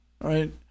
right